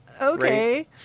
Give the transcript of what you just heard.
Okay